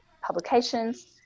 publications